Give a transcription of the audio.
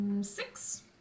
Six